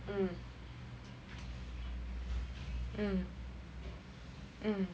mm mm mm